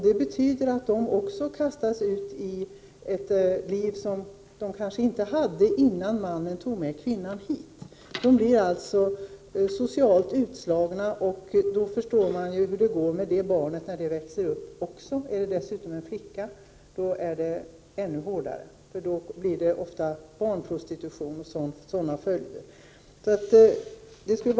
Det betyder att barnet också kastas ut till ett liv, som det kanske inte hade innan mannen tog med kvinnan hit till Sverige. Kvinnan och barnet blir alltså socialt utslagna, och då inser man hur det går för detta barn när han eller hon växer upp. Om barnet är en flicka blir tillvaron ännu hårdare, ofta med barnprostitution som följd med allt vad det innebär.